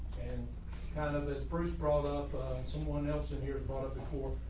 and kind of as bruce brought up and so one else in here product the core,